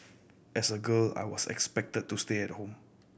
as a girl I was expected to stay at home